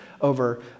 over